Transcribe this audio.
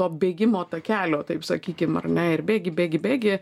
to bėgimo takelio taip sakykim ar ne ir bėgi bėgi bėgi